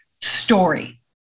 story